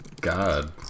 god